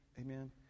amen